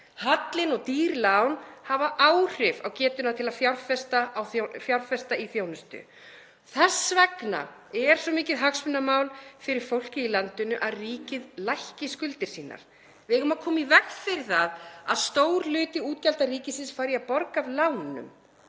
Hallinn og dýr lán hafa áhrif á getuna til að fjárfesta í þjónustu. Þess vegna er svo mikið hagsmunamál fyrir fólkið í landinu að ríkið lækki skuldir sínar. Við eigum að koma í veg fyrir það að stór hluti útgjalda ríkisins fari í að borga af lánum.